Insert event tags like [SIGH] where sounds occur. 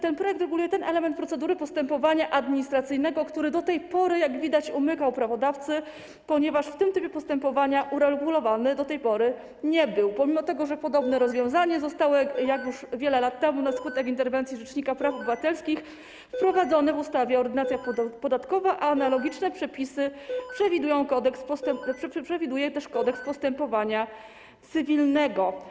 Ten projekt reguluje ten element procedury postępowania administracyjnego, który do tej pory, jak widać, umykał prawodawcy, ponieważ w tym trybie postępowania uregulowany do tej pory nie był, pomimo że [NOISE] podobne rozwiązanie zostało już wiele lat temu, na skutek interwencji rzecznika praw obywatelskich, wprowadzone w ustawie - Ordynacja podatkowa, a analogiczne przepisy przewiduje też Kodeks postępowania cywilnego.